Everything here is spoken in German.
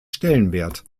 stellenwert